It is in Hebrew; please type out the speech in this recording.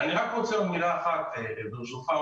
ברשותך,